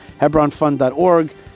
hebronfund.org